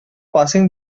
passing